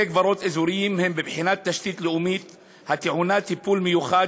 בתי-קברות אזוריים הם בבחינת תשתית לאומית הטעונה טיפול מיוחד